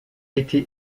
été